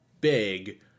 big